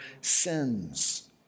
sins